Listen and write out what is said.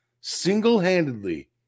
single-handedly